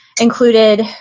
included